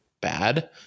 bad